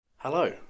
Hello